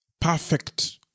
perfect